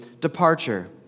departure